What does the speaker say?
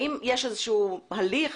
האם יש איזשהו הליך,